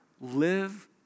Live